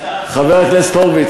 חבר הכנסת הורוביץ,